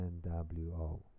NWO